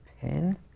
pin